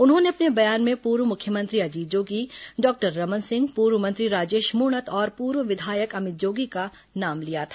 उन्होंने अपने बयान में पूर्व मुख्यमंत्री अजीत जोगी डॉक्टर रमन सिंह पूर्व मंत्री राजेश मूणत और पूर्व विधायक अमित जोगी का नाम लिया था